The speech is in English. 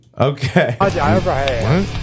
Okay